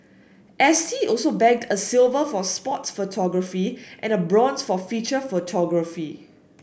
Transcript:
S T also bagged a silver for sports photography and a bronze for feature photography